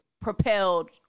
propelled